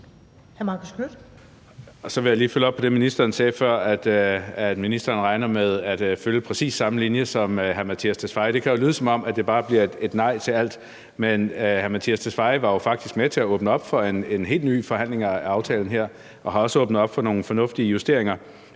Så vil jeg lige følge op på det, ministeren sagde før, nemlig at ministeren regner med at følge præcis samme linje som sin forgænger. Det kan jo lyde, som om det bare bliver et nej til alt, men den tidligere udlændinge- og integrationsminister var faktisk med til at åbne op for en helt ny forhandling af aftalen her, og han åbnede også op for nogle fornuftige justeringer.